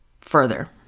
further